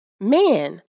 Man